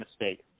mistake